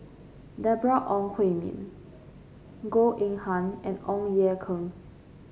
Deborah Ong Hui Min Goh Eng Han and Ong Ye Kung